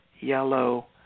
yellow